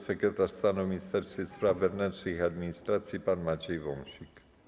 sekretarz stanu w Ministerstwie Spraw Wewnętrznych i Administracji pan Maciej Wąsik.